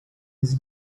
his